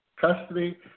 custody